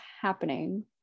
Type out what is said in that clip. happening